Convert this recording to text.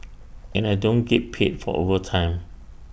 and I don't get paid for overtime